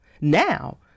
Now